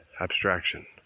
Abstraction